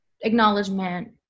acknowledgement